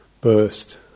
burst